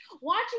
watching